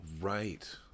Right